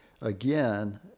again